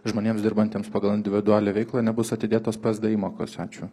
žmonėms dirbantiems pagal individualią veiklą nebus atidėtos psd įmokos ačiū